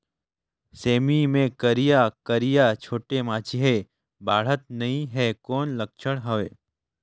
सेमी मे करिया करिया छोटे माछी हे बाढ़त नहीं हे कौन लक्षण हवय?